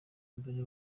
mbere